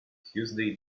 tuesday